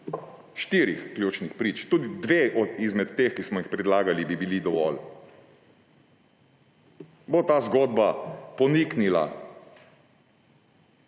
štirih ključnih prič – tudi dve izmed teh, ki smo jih predlagali, bi bili dovolj –, bo ta zgodba poniknila